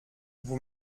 vous